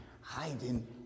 hiding